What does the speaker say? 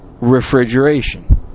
refrigeration